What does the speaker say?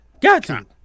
Gotcha